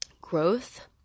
growth